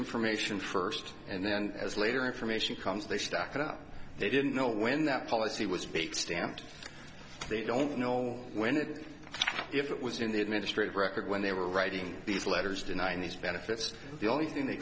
information first and then as later information comes they stack it up they didn't know when that policy was baked stamped they don't know when and if it was in the administrative record when they were writing these letters denying these benefits the only thing they